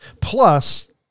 Plus